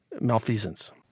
malfeasance